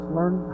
learn